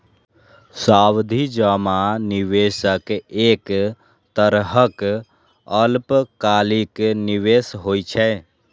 सावधि जमा निवेशक एक तरहक अल्पकालिक निवेश होइ छै